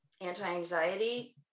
anti-anxiety